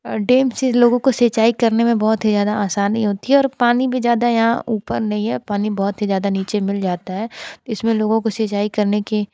dam से लोगों को सिंचाई करने में बहुत ही ज़्यादा आसानी होती है और पानी भी ज़्यादा यहाँ ऊपर नहीं है पानी बहुत ही ज़्यादा नीचे मिल जाता है इसमें लोगों को सिंचाई करने की